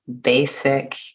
basic